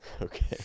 Okay